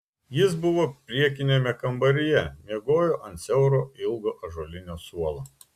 jis buvo priekiniame kambaryje miegojo ant siauro ilgo ąžuolinio suolo